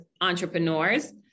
entrepreneurs